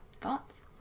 Thoughts